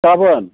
गाबोन